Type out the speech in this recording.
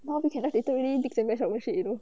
now we can literally mix and match our milkshake you know